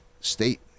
state